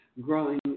growing